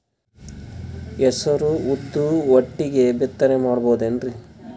ಹೆಸರು ಉದ್ದು ಒಟ್ಟಿಗೆ ಬಿತ್ತನೆ ಮಾಡಬೋದೇನ್ರಿ?